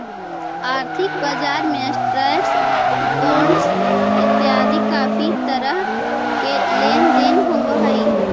आर्थिक बजार में स्टॉक्स, बॉंडस इतियादी काफी तरह के लेन देन होव हई